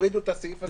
תורידו את הסעיף הזה.